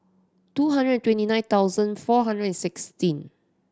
two hundred twenty nine thousand four hundred and sixteen